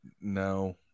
no